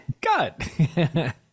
God